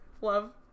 love